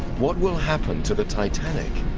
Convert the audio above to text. what will happen to the titanic